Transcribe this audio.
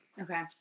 Okay